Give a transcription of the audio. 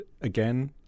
again